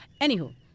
Anywho